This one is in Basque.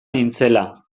nintzela